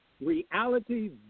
reality